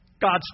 God's